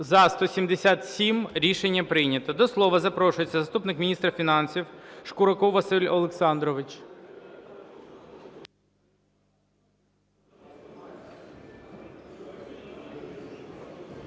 За-177 Рішення прийнято. До слова запрошується заступник міністра фінансів Шкураков Василь Олександрович.